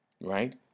right